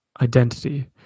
identity